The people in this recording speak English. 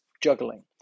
juggling